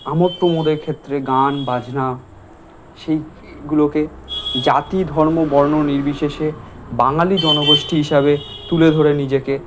আমোদ প্রমোদের ক্ষেত্রে গান বাজনা সেইগুলোকে জাতি ধর্ম বর্ণ নির্বিশেষে বাঙালি জনগষ্ঠী হিসেবে তুলে ধরে নিজেকে